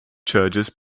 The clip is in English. churches